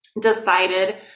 decided